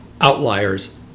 outliers